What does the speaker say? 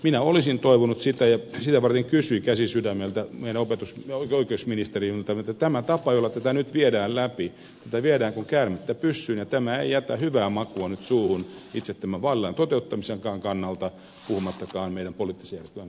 minä olisin toivonut sitä ja sitä varten kysyin käsi sydämellä meidän oikeusministeriltämme että tämä tapa jolla tätä nyt viedään läpi tätä viedään kuin käärmettä pyssyyn ja tämä ei jätä hyvää makua nyt suuhun itse tämän vaalilain toteuttamisenkaan kannalta puhumattakaan meidän poliittisen järjestelmämme toimivuuden kannalta